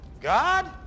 God